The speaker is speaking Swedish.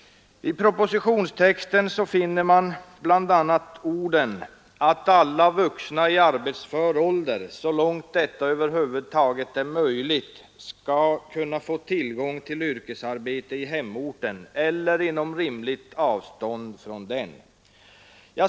I propositionstexten står det visserligen att ”alla vuxna i arbetsför ålder, så långt detta över huvud taget är möjligt, skall kunna få tillgång till yrkesarbete i hemorten eller inom rimligt avstånd från den”.